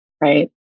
Right